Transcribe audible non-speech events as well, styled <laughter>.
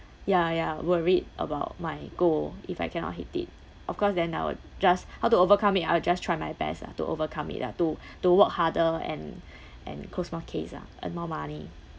ya ya worried about my goal if I cannot hit it of course then I would just how to overcome it I'll just try my best ah to overcome it lah to <breath> to work harder and <breath> and close more case ah earn more money